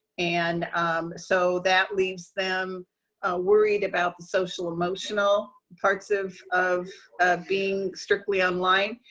and so that leaves them worried about the social, emotional parts of of being strictly online.